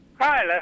Hi